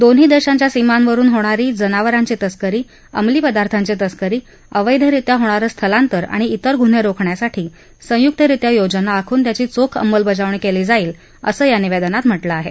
दोन्ही देशाच्या सीमांवरुन होणारी जनावरांची तस्करी अंमलीपदार्थाची तस्करी अवैध रित्या होणारं स्थलांतर आणि ात्रिर गुन्हे रोखण्यासाठी संयुक्तरित्या योजना आखून त्याची चोख अंमलबजावणी केली जाईल असं या निवेदनात म्हटलं आहे